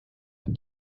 have